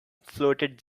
floated